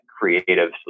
creative